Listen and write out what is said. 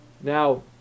Now